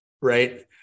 right